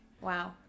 Wow